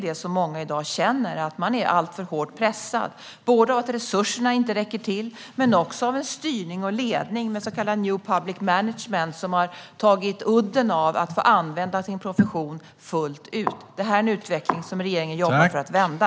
Många känner i dag att man är alltför hårt pressad av att resurserna inte räcker till men också av en styrning och ledning med så kallad new public management, som har tagit udden av möjligheten att få använda sin profession fullt ut. Det här är en utveckling som regeringen jobbar för att vända.